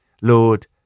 Lord